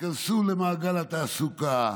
תיכנסו למעגל התעסוקה.